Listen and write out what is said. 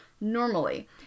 normally